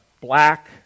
black